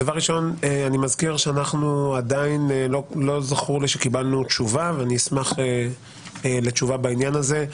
אני מזכיר שלא זכור לי שקיבלנו תשובה ואני אשמח לתשובה בעניין הזה.